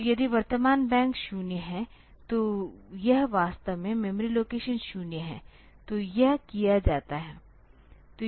तो यदि वर्तमान बैंक 0 है तो यह वास्तव में मेमोरी लोकेशन 0 है तो यह किया जाता है